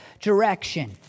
direction